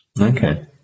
Okay